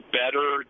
better